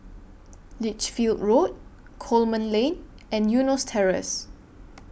Lichfield Road Coleman Lane and Eunos Terrace